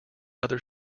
other